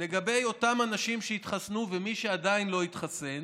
לגבי אותם אנשים שהתחסנו ומי שעדיין לא התחסן,